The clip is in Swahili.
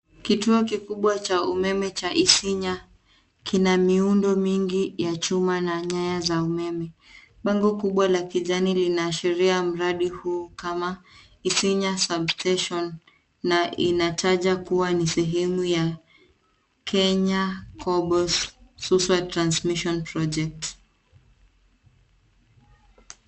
Kituo kikubwa cha umeme cha Isinya kina miundo mingi ya chuma na nyaya za umeme. Bango kubwa la kijani linaashiria mradi huu kama Isinya sub station na inataja kuwa ni sehemu ya Kenya Cobalts Suswa Transmission Project .